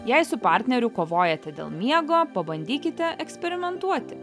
jei su partneriu kovojate dėl miego pabandykite eksperimentuoti